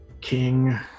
King